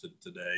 today